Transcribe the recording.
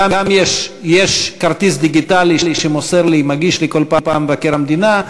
יש כרטיס דיגיטלי שמגיש לי מבקר המדינה,